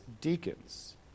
deacons